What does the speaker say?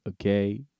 okay